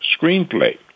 screenplay